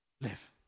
Live